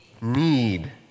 need